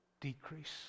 decrease